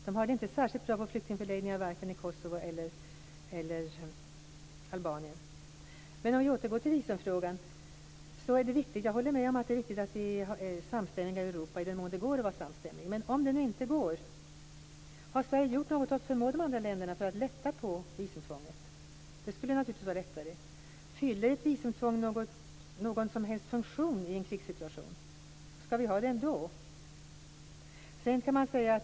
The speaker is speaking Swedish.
De har det inte särskilt bra på flyktingförläggningar vare sig i Kosovo eller Om vi återgår till visumfrågan kan jag säga att jag håller med om att det är viktigt att vi är samstämmiga i Europa, i den mån det går att vara samstämmiga. Men har Sverige gjort någonting för att förmå de andra länderna att lätta på visumtvånget om det nu inte går? Det skulle naturligtvis vara lättare. Fyller ett visumtvång någon som helst funktion i en krigssituation? Skall vi ha det ändå?